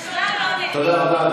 ונפתור, תודה רבה.